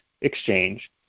exchange